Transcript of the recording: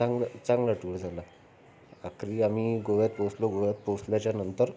चांगलं चांगलं टूर झाला रात्री आम्ही गोव्यात पोचलो गोव्यात पोचल्याच्यानंतर